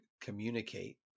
communicate